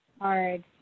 hard